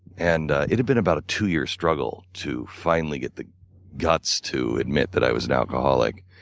and it had been about a two year struggle to finally get the guts to admit that i was an alcoholic.